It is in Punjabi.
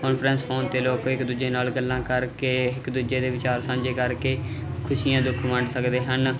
ਕੋਂਨਫਰੰਸ ਫੋਨ ਤੇ ਲੋਕ ਇੱਕ ਦੂਜੇ ਨਾਲ ਗੱਲਾਂ ਕਰਕੇ ਇੱਕ ਦੂਜੇ ਦੇ ਵਿਚਾਰ ਸਾਂਝੇ ਕਰਕੇ ਖੁਸ਼ੀਆਂ ਦੁੱਖ ਵੰਡ ਸਕਦੇ ਹਨ